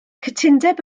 cytundeb